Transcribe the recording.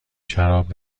شراب